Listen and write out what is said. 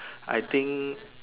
I think